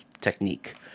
technique